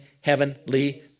heavenly